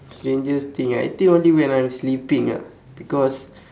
strangest thing ah I think only when I'm sleeping ah because